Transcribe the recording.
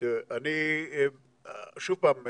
שוב פעם,